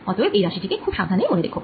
অতএব এই রাশি টি কে খুব সাবধানে মনে রাখো